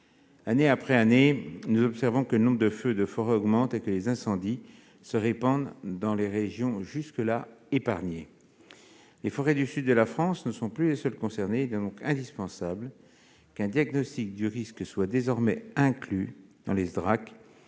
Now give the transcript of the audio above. Année après année, nous observons que le nombre de feux de forêt augmente et que les incendies se répandent dans des régions jusque-là épargnées. Les forêts du sud de la France ne sont plus les seules concernées. Il est donc indispensable qu'un diagnostic du risque soit désormais inclus dans les SDACR